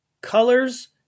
colors